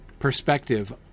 Perspective